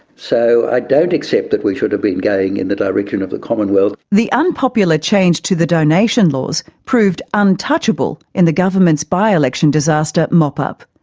so i don't accept that we that should've been going in the direction of the commonwealth. the unpopular change to the donations laws proved untouchable in the government's by-election disaster mop-up.